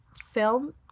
film